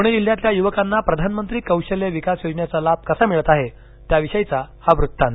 पुणे जिल्ह्यातील युवकांना प्रधान मंत्री कौशल विकास योजनेचा लाभ कसा मिळत आहे त्याविषयीचा हा वृत्तांत